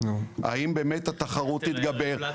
האם באמת התחרות תתגבר,